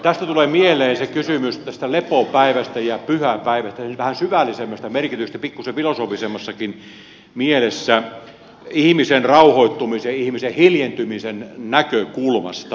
tästä tulee mieleen se kysymys tästä lepopäivästä ja pyhäpäivästä sen vähän syvällisemmästä merkityksestä pikkusen filosofisemmassakin mielessä ihmisen rauhoittumisen ihmisen hiljentymisen näkökulmasta